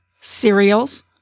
cereals